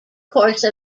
course